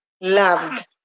loved